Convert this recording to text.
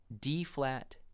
D-flat